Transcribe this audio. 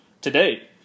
today